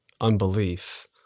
unbelief